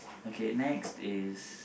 okay next is